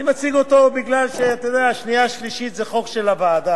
אני מציג אותו מפני ששנייה-שלישית זה חוק של הוועדה.